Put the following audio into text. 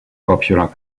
popular